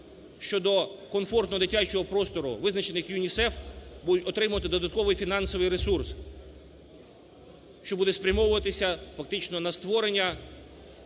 щодо комфортного дитячого простору, визначених ЮНІСЕФ, будуть отримувати додатковий фінансовий ресурс, що буде спрямовуватися фактично на створення